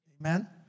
amen